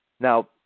Now